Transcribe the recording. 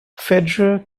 federer